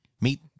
Meet